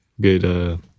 Good